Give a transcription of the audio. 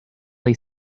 lay